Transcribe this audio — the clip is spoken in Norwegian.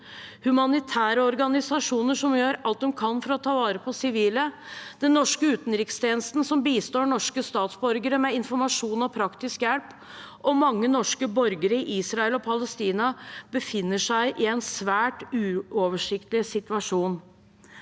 humanitære organisasjoner som gjør alt de kan for å ta vare på sivile, og den norske utenrikstjenesten, som bistår norske statsborgere med informasjon og praktisk hjelp. Mange norske borgere i Israel og Palestina befinner seg i en svært uoversiktlig situasjon.